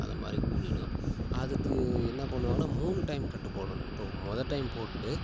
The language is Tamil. அது மாதிரி கூடிவிடும் அதுக்கு என்ன பண்ணுவாங்கன்னா மூணு டைம் கட்டு போடணும் இப்போ முத டைம் போட்டு